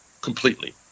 completely